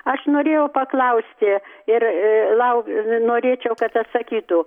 aš norėjau paklausti ir lau norėčiau kad atsakytų